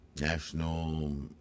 National